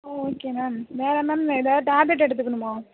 ம் okay ma'am வேறு என்ன மேம் ஏதாவது டேப்லெட் எடுத்துக்கணுமா